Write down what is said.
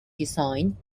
design